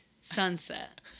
Sunset